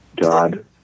god